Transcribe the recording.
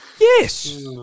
Yes